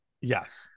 yes